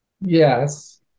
Yes